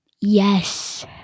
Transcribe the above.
Yes